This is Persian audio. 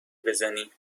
بزنی